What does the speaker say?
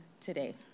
today